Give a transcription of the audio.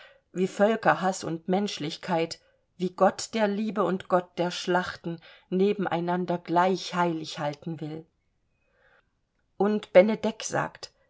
wie völkerhaß und menschlichkeit wie gott der liebe und gott der schlachten nebeneinander gleich heilig halten will und benedek sagt